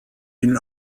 ihn